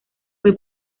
fue